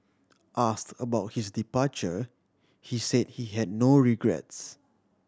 ask about his departure he said he had no regrets